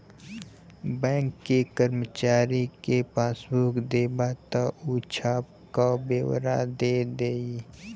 bank के करमचारी के पासबुक देबा त ऊ छाप क बेओरा दे देई